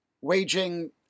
waging